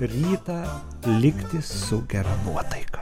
rytą likti su gera nuotaika